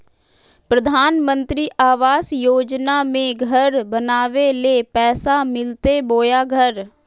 प्रधानमंत्री आवास योजना में घर बनावे ले पैसा मिलते बोया घर?